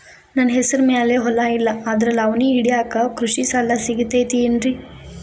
ನನ್ನ ಹೆಸರು ಮ್ಯಾಲೆ ಹೊಲಾ ಇಲ್ಲ ಆದ್ರ ಲಾವಣಿ ಹಿಡಿಯಾಕ್ ಕೃಷಿ ಸಾಲಾ ಸಿಗತೈತಿ ಏನ್ರಿ?